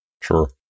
Sure